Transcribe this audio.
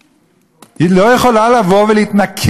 לא יכולה לבוא ולהתנכר ליסוד,